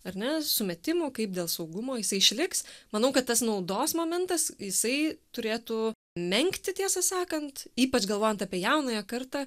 ar ne sumetimų kaip dėl saugumo jisai išliks manau kad tas naudos momentas jisai turėtų menkti tiesą sakant ypač galvojant apie jaunąją kartą